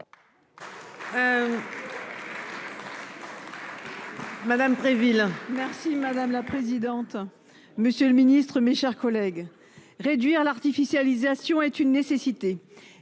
Madame Préville merci. Si madame la présidente. Monsieur le Ministre, mes chers collègues. Réduire l'artificialisation est une nécessité.